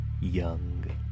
young